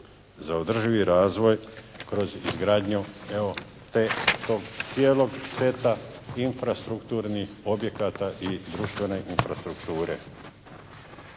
za održivi razvoj kroz izgradnju evo te, tog cijelog seta infrastrukturnih objekata i društvene infrastrukture.